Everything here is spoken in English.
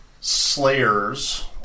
Slayers